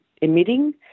emitting